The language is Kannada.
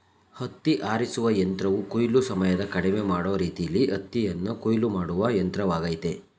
ಹತ್ತಿ ಆರಿಸುವ ಯಂತ್ರವು ಕೊಯ್ಲು ಸಮಯನ ಕಡಿಮೆ ಮಾಡೋ ರೀತಿಲೀ ಹತ್ತಿಯನ್ನು ಕೊಯ್ಲು ಮಾಡುವ ಯಂತ್ರವಾಗಯ್ತೆ